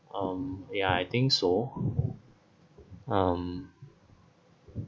um yeah I think so um